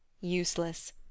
Useless